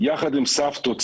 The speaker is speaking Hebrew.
יחד עם סבתות,